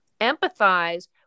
empathize